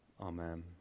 Amen